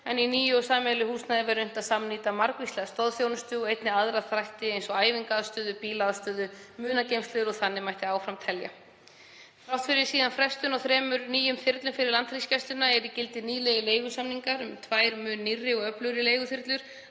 Í nýju og sameiginlegu húsnæði verður unnt að samnýta margvíslega stoðþjónustu og einnig aðra þætti eins og æfingaaðstöðu, bílaaðstöðu, munageymslur og þannig mætti áfram telja. Þrátt fyrir frestun á þremur nýjum þyrlum fyrir Landhelgisgæsluna eru í gildi nýlegir leigusamningar um tvær mun nýrri og öflugri leiguþyrlur.